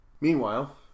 Meanwhile